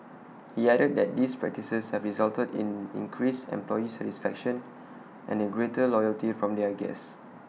he added that these practices have resulted in increased employee satisfaction and A greater loyalty from their guests